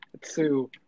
Two